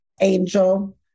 angel